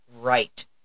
right